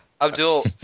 Abdul